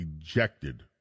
ejected